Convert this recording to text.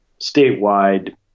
statewide